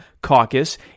caucus